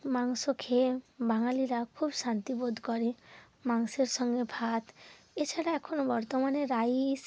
মাংস খেয়ে বাঙালিরা খুব শান্তি বোধ করে মাংসের সঙ্গে ভাত এছাড়া এখনও বর্তমানে রাইস